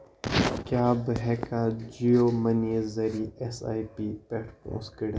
کیٛاہ بہٕ ہیٚکا جِیو مٔنی ذٔریعہٕ ایٚس آیۍ پی پٮ۪ٹھ پونٛسہٕ کٔڑِتھ؟